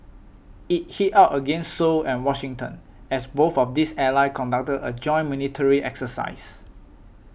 it hit out against Seoul and Washington as both of these allies conducted a joint military exercise